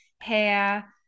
hair